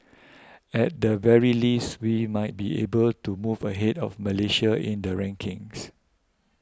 at the very least we might be able to move ahead of Malaysia in the rankings